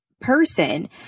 person